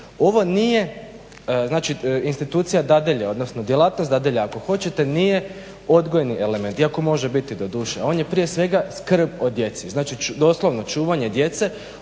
Ovo nije znači institucija dadilje, odnosno djelatnost dadilje, ako hoćete nije odgojni element iako može biti doduše, on je prije svega skrb o djeci, znači doslovno čuvanje djece